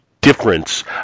difference